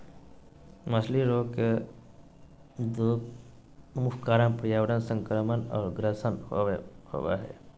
मछली रोग दो मुख्य कारण पर्यावरण संक्रमण और ग्रसन होबे हइ